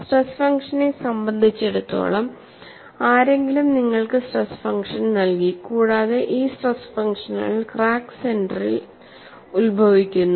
stress ഫംഗ്ഷനെ സംബന്ധിച്ചിടത്തോളം ആരെങ്കിലും നിങ്ങൾക്ക് സ്ട്രെസ് ഫംഗ്ഷൻ നൽകി കൂടാതെ ഈ സ്ട്രെസ് ഫംഗ്ഷനുകൾ ക്രാക്ക് സെന്ററിൽ ഉത്ഭവിക്കുന്നു